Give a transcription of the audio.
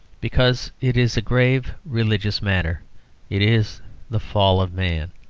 because it is a grave religious matter it is the fall of man.